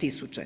tisuće.